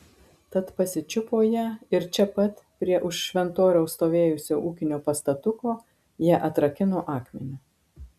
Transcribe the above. tad pasičiupo ją ir čia pat prie už šventoriaus stovėjusio ūkinio pastatuko ją atrakino akmeniu